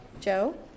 Joe